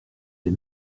les